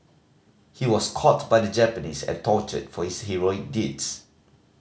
he was caught by the Japanese and tortured for his heroic deeds